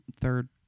third